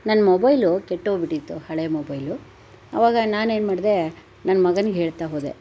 ನನ್ನ ಮೊಬೈಲು ಕೆಟ್ಟೋಗ್ಬಿಟ್ಟಿತ್ತು ಹಳೆಯ ಮೊಬೈಲು ಅವಾಗ ನಾನೇನು ಮಾಡಿದೆ ನನ್ನ ಮಗನ್ಗೆ ಹೇಳ್ತಾ ಹೋದೆ